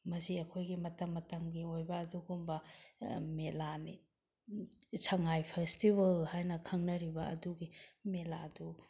ꯃꯁꯤ ꯑꯩꯈꯣꯏꯒꯤ ꯃꯇꯝ ꯃꯇꯝꯒꯤ ꯑꯣꯏꯕ ꯑꯗꯨꯒꯨꯝꯕ ꯃꯦꯂꯥꯅꯤ ꯁꯉꯥꯏ ꯐꯦꯁꯇꯤꯚꯦꯜ ꯍꯥꯏꯅ ꯈꯪꯅꯔꯤꯕ ꯑꯗꯨꯒꯤ ꯃꯦꯂꯥꯗꯨ